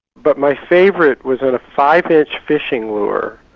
but my favourite was on a five inch fishing lure,